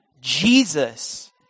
Jesus